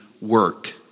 work